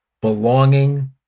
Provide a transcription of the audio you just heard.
belonging